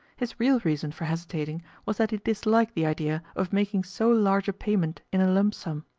his real reason for hesitating was that he disliked the idea of making so large a payment in a lump sum.